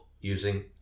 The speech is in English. using